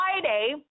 Friday